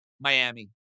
Miami